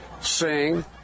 sing